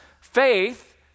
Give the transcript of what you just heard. faith